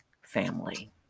family